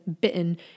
bitten